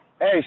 Hey